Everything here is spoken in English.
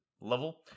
level